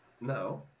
no